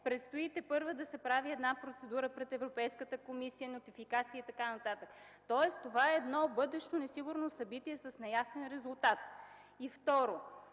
Предстои тепърва да се прави една процедура пред Европейската комисия, нотификации и така нататък, тоест това е едно бъдещо несигурно събитие с неясен резултат. Второ,